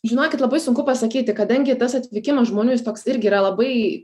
žinokit labai sunku pasakyti kadangi tas atvykimas žmonių jis toks irgi yra labai